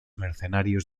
mercenarios